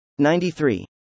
93